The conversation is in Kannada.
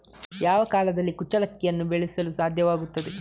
ಯಾವ ಕಾಲದಲ್ಲಿ ಕುಚ್ಚಲಕ್ಕಿಯನ್ನು ಬೆಳೆಸಲು ಸಾಧ್ಯವಾಗ್ತದೆ?